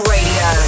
Radio